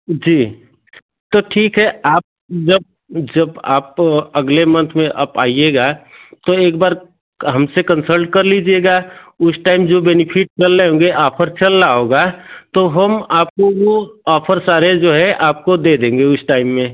जी तो ठीक है आप जब जब आप अगले मंथ में आप आइएगा तो एक बार हमसे कंसल्ट कर लीजिएगा उस टाइम जो बेनिफिट चल रहे होंगे आफर चल रहा होगा तो हम आपको वो ऑफर सारे जो हैं आपको दे देंगे उस टाइम में